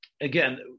again